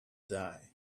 die